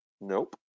Nope